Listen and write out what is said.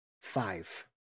five